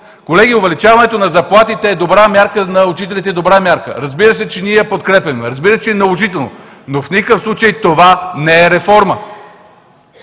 Колеги, увеличаването на заплатите на учителите е добра мярка. Разбира се, че ние я подкрепяме, разбира се, че е наложително, но в никакъв случай това не е реформа.